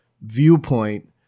viewpoint